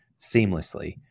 seamlessly